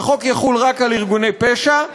שהחוק יחול רק על ארגוני פשע,